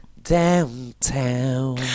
downtown